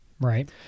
Right